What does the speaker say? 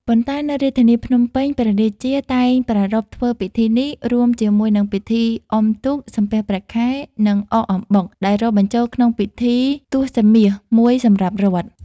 ប៉ុន្តែ នៅរាជធានីភ្នំពេញ ព្រះរាជាតែងប្រារព្ធធ្វើពិធីនេះ រួមជាមួយនឹងពិធីអុំទូក សំពះព្រះខែ និងអកអំបុក ដែលរាប់បញ្ចូលក្នុងពិធីទសមាសមួយសម្រាប់រដ្ឋ ។